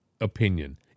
opinion